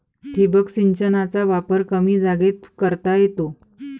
ठिबक सिंचनाचा वापर कमी जागेत करता येतो